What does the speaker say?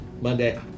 Monday